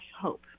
hope